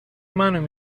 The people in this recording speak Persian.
منو